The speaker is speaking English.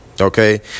Okay